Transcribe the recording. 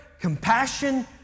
compassion